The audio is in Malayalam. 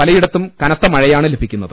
പലയിടത്തും കനത്ത മഴയാണ് ലഭിക്കുന്നത്